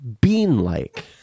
bean-like